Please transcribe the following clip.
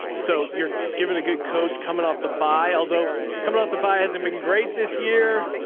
so you're given a good coach coming off the buy. although coming off the buyer, hasn't been great this year.